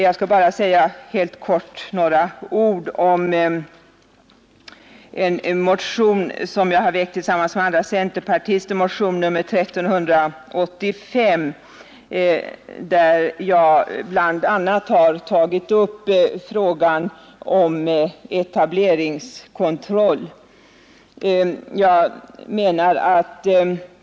Jag skall bara helt kortfattat säga några ord om motionen 1385, som jag väckt tillsammans med några andra centerpartister. I denna har vi bl.a. tagit upp frågan om etableringskontroll.